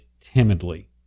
timidly